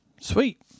Sweet